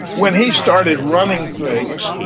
when he started running things,